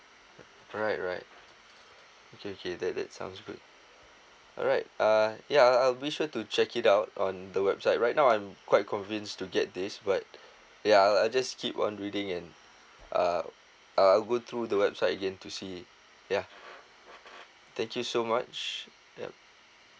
right right okay okay that that sounds good alright uh ya I'll I'll be sure to check it out on the website right now I'm quite convinced to get this but ya I'll I'll just keep on reading and uh I'll go through the website again to see yeah thank you so much yup